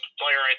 player